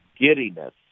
giddiness